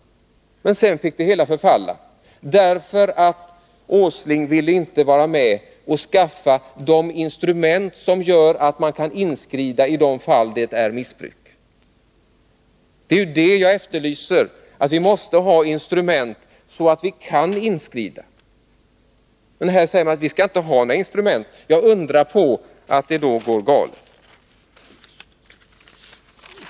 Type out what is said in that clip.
Men sedan fick det hela förfalla. Nils Åsling ville inte vara med och skaffa sådana instrument som gör det möjligt för oss att inskrida i de fall där det är fråga om missbruk. Vad jag efterlyser är just instrument som gör att vi kan inskrida. Men här säger man: Vi skall inte ha några instrument. Undra på att det då går galet!